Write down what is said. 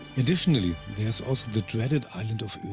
additionally, there is also the dreaded island of